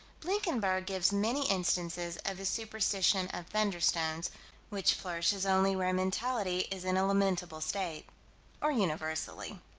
blinkenberg gives many instances of the superstition of thunderstones which flourishes only where mentality is in a lamentable state or universally.